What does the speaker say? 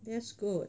that's good